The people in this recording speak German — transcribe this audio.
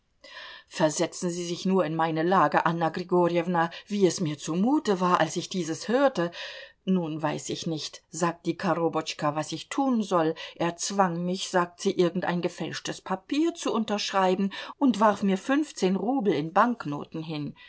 versetzen sie sich nur in meine lage anna grigorjewna wie es mir zumute war als ich dieses hörte nun weiß ich nicht sagt die korobotschka was ich tun soll er zwang mich sagt sie irgendein gefälschtes papier zu unterschreiben und warf mir fünfzehn rubel in banknoten hin